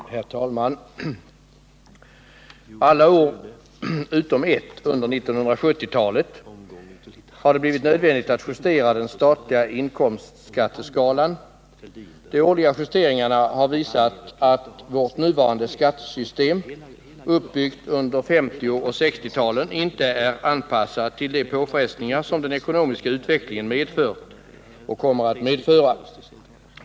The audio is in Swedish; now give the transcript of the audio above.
Herr talman! Alla år utom ett under 1970-talet har det blivit nödvändigtatt — Torsdagen den justera den statliga inkomstskatteskalan. De årliga justeringarna har visat att 14 december 1978 vårt nuvarande skattesystem, uppbyggt under 1950 och 1960-talen, inte är anpassat till de påfrestningar som den ekonomiska utvecklingen medfört och kommer att medföra.